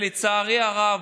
לצערי הרב,